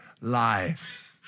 lives